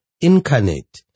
incarnate